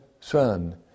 Son